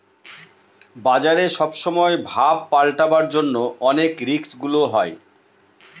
বাজারে সব সময় ভাব পাল্টাবার জন্য অনেক রিস্ক গুলা হয়